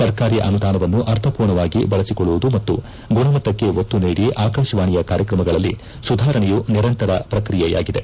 ಸರ್ಕಾರಿ ಅನುದಾನವನ್ನು ಅರ್ಥಪೂರ್ಣವಾಗಿ ಬಳಸಿಕೊಳ್ಳುವುದು ಮತ್ತು ಗುಣಮಟ್ಟಕ್ಕೆ ಒತ್ತು ನೀಡಿ ಆಕಾಶವಾಣಿಯ ಕಾರ್ಯಕ್ರಮಗಳಲ್ಲಿ ಸುಧಾರಣೆಯು ನಿರಂತರ ಪ್ರಕ್ರಿಯೆಯಾಗಿದೆ